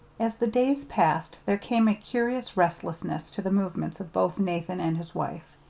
as the days passed, there came a curious restlessness to the movements of both nathan and his wife.